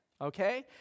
okay